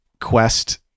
quest